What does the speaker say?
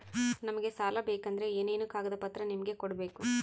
ನಮಗೆ ಸಾಲ ಬೇಕಂದ್ರೆ ಏನೇನು ಕಾಗದ ಪತ್ರ ನಿಮಗೆ ಕೊಡ್ಬೇಕು?